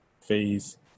phase